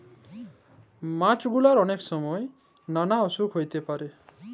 মাছ গুলার অলেক ছময় ম্যালা অসুখ হ্যইতে পারে